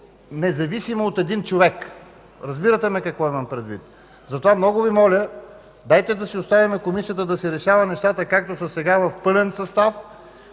независимо, от един човек. Разбирате какво имам предвид. Затова много Ви моля, дайте да оставим Комисията да си решава нещата както сега – в пълен състав.